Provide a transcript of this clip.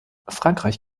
frankreich